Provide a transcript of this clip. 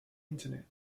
internet